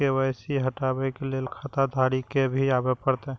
KYC हटाबै के लैल खाता धारी के भी आबे परतै?